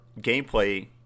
gameplay